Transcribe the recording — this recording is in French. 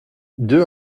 deux